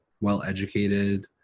well-educated